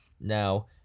now